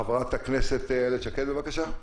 חברת הכנסת איילת שקד, בבקשה.